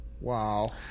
Wow